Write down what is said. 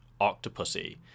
Octopussy